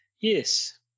yes